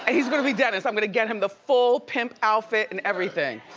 ah he's gonna be dennis. i'm gonna get him the full pimp outfit and everything.